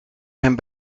zijn